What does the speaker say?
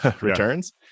returns